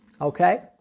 Okay